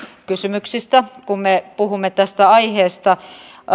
kysymyksistä kun me puhumme tästä aiheesta